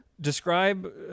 Describe